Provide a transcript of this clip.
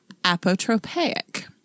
Apotropaic